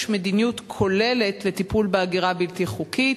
מדיניות כוללת לטיפול בהגירה הבלתי-חוקית,